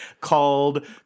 called